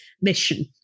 mission